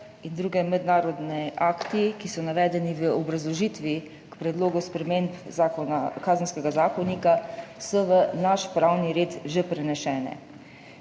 in drugi mednarodni akti, ki so navedeni v obrazložitvi k predlogu sprememb Kazenskega zakonika, v naš pravni red že preneseni.